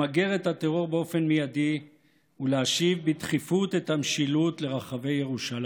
למגר את הטרור באופן מיידי ולהשיב בדחיפות את המשילות לרחבי ירושלים.